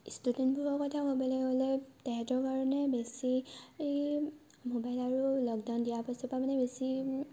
ষ্টুডেণ্টৰ কথা ক'বলৈ গ'লে মানে তেহেঁতৰ বেছি মোবাইল আৰু লকডাউন দিয়াৰ পিছৰপৰা বেছি